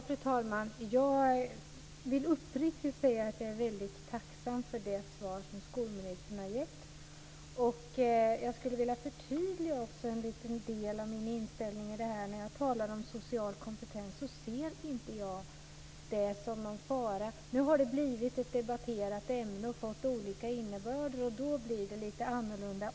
Fru talman! Jag vill uppriktigt säga att jag är väldigt tacksam för det svar som skolministern har gett. Jag skulle vilja förtydliga en liten del av min inställning till detta med social kompetens. Jag ser det inte som någon fara. Nu har det blivit ett debatterat ämne och fått olika innebörder, och då blir det lite annorlunda.